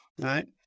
right